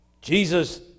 Jesus